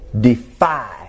defy